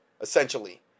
essentially